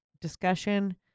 discussion